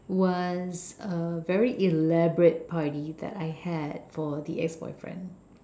was a very elaborate party that I had for the ex boyfriend